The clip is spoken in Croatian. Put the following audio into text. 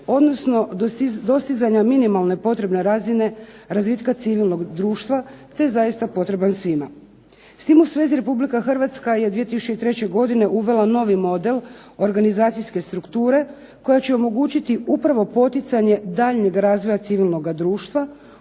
odnosno dostizanja minimalne potrebe razine razvitka civilnog društva te je zaista potreban svima. S tim u svezi Republike Hrvatska je 2003. godine uvela novi model organizacijske strukture koja će omogućiti upravo poticanje daljnjeg razvoja civilnoga društva,